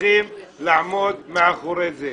וצריכים לעמוד מאחורי זה.